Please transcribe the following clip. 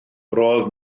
roedd